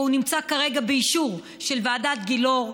הוא נמצא כרגע באישור של ועדת גילאור.